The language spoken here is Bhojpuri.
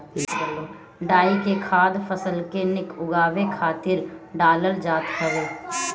डाई के खाद फसल के निक उगावे खातिर डालल जात हवे